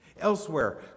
Elsewhere